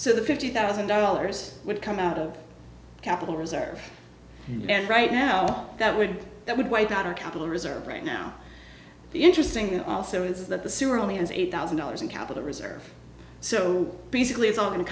so the fifty thousand dollars would come out of capital reserves and right now that would that would wipe out our capital reserves right now the interesting also is that the sewer only has eight thousand dollars in capital reserves so basically it's all going to